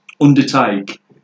undertake